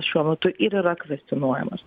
šiuo metu ir yra kvestionuojamas